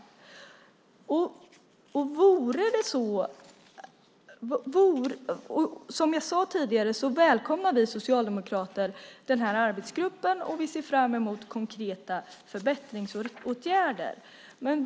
Som jag sade tidigare välkomnar vi socialdemokrater den här arbetsgruppen och vi ser fram emot konkreta förbättringsåtgärder.